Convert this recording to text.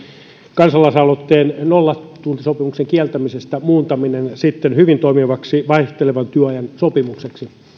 kansalaisaloitteen nollatuntisopimuksen kieltämisestä muuntaminen hyvin toimivaksi vaihtelevan työajan sopimukseksi